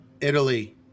Italy